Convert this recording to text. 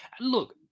Look